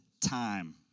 time